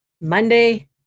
Monday